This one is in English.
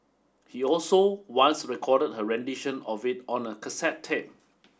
he also once recorded her rendition of it on a cassette tape